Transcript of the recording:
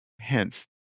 hence